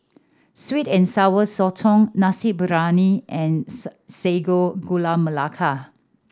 sweet and Sour Sotong nasi briyani and Sago Gula Melaka